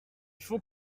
faut